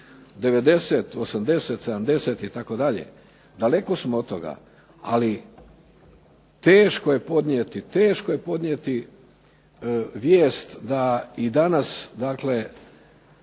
90, 80, 70 itd. Daleko smo od toga, ali teško je podnijeti, teško je podnijeti vijest da i danas dakle,